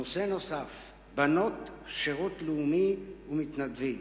נושא נוסף הוא בנות השירות הלאומי ומתנדבים.